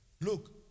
Look